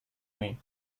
ini